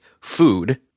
food